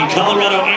Colorado